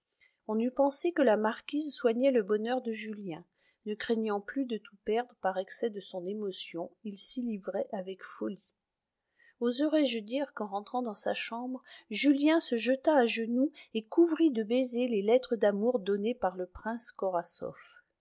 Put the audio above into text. on eût pensé que la marquise soignait le bonheur de julien ne craignant plus de tout perdre par l'excès de son émotion il s'y livrait avec folie oserai-je dire qu'en rentrant dans sa chambre julien se jeta à genoux et couvrit de baisers les lettres d'amour données par le prince korasoff